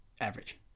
average